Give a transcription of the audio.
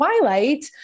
Twilight